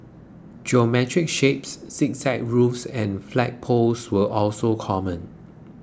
geometric shapes zigzag roofs and flagpoles were also common